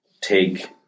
take